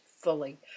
fully